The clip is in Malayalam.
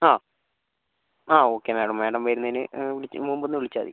ആ ആ ഓക്കേ മാഡം മാഡം വരുന്നതിന് വിളി മുൻപൊന്ന് വിളിച്ചാൽ മതി